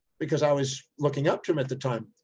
because i was looking up to him at the time.